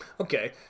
Okay